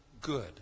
good